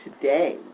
today